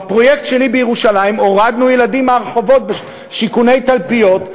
בפרויקט שלי בירושלים הורדנו ילדים מהרחובות בשיכוני תלפיות,